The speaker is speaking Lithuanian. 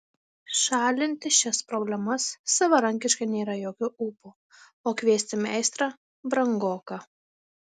šalinti šias problemas savarankiškai nėra jokių ūpo o kviestis meistrą brangoka